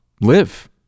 live